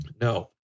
No